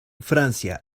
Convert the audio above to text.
francia